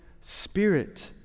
spirit